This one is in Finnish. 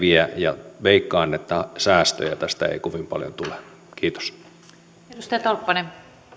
vie ja veikkaan että säästöjä tästä ei kovin paljon tule kiitos